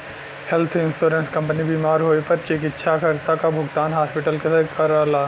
health insurance company बीमार होए पर चिकित्सा खर्चा क भुगतान हॉस्पिटल के करला